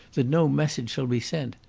that no message shall be sent.